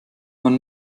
man